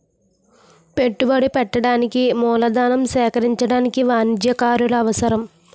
పెట్టుబడి పెట్టడానికి మూలధనం సేకరించడానికి వాణిజ్యకారులు అవసరం